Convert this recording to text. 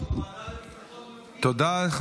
אולי